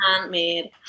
Handmade